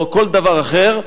או כל דבר אחר,